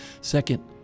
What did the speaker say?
Second